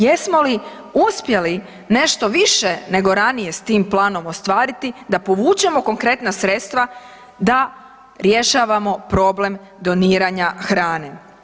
Jesmo li uspjeli nešto više nego ranije s tim planom ostvariti da povučemo konkretna sredstva da rješavamo problem doniranja hrane?